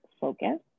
focus